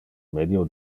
medio